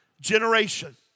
generation